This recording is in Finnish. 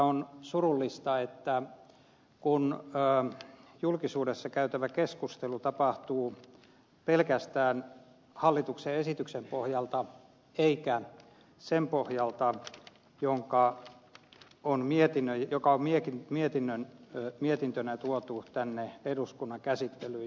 on surullista kun julkisuudessa käytävä keskustelu tapahtuu pelkästään hallituksen esityksen pohjalta eikä sen mietinnön pohjalta joka on tuotu tänne eduskunnan käsittelyyn